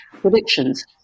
predictions